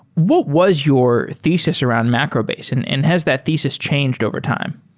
what was your thesis around macrobase and and has that thesis changed overtime?